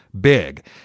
big